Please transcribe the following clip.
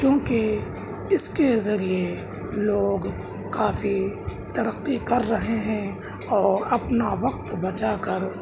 کیوںکہ اس کے ذریعے لوگ کافی ترقی کر رہے ہیں اور اپنا وقت بچا کر